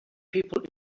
people